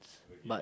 but